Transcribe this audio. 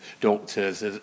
doctors